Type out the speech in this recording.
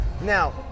Now